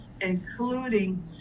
including